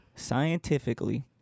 scientifically